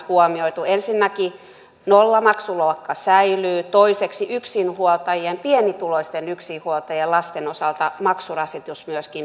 ensinnäkin nollamaksuluokka säilyy toiseksi pienituloisten yksinhuoltajien lasten osalta maksurasitus myöskin pienenee